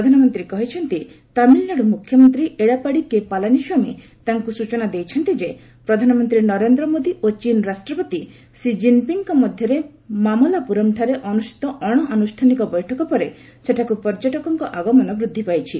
ପ୍ରଧାନମନ୍ତ୍ରୀ କହିଛନ୍ତି ତାମିଲନାଡୁ ମୁଖ୍ୟମନ୍ତ୍ରୀ ଏଡ଼ାପାଡ଼ି କେ ପାଲାନିସ୍ୱାମୀ ତାଙ୍କୁ ସୂଚନା ଦେଇଛନ୍ତି ଯେ ପ୍ରଧାନମନ୍ତ୍ରୀ ନରେନ୍ଦ୍ର ମୋଦି ଓ ଚୀନ୍ ରାଷ୍ଟ୍ରପତି ସି ଜିନ୍ପିଙ୍ଗ୍ଙ୍କ ମଧ୍ୟରେ ମାମଲାପୁରମ୍ଠାରେ ଅନୁଷ୍ଠିତ ଅଣଆନୁଷ୍ଠାନିକ ବୈଠକ ପରେ ସେଠାକୁ ପର୍ଯ୍ୟଟକଙ୍କ ଆଗମନ ବୃଦ୍ଧି ପାଇଛି